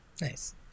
Nice